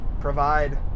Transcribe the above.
provide